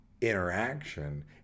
interaction